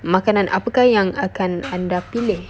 makanan apakah yang akan anda pilih